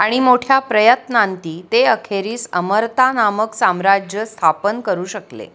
आणि मोठ्या प्रयत्नांती ते अखेरीस अमर्ता नामक साम्राज्य स्थापन करू शकले